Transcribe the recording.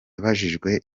yabajijwe